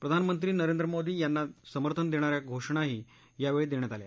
प्रधानमंत्री नरेंद्र मोदी यांना समर्थन दक्षिया घोषणाही यावळी दक्षित आल्या